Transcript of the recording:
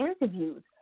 interviews